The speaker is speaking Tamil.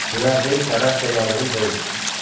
டிவைஸை சராசரி அளவில் வை